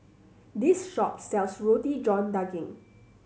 this shop sells Roti John Daging